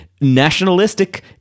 nationalistic